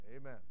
Amen